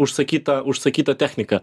užsakytą užsakytą techniką